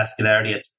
vascularity